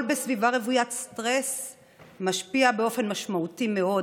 בסביבה רוויית סטרס זה משפיע באופן משמעותי מאוד